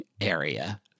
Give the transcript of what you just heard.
area